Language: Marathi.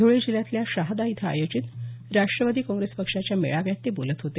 धुळे जिल्ह्यातल्या शहादा इथं आयोजित राष्ट्रवादी काँग्रेस पक्षाच्या मेळाव्यात ते बोलत होते